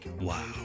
Wow